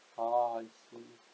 ah I see